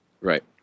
Right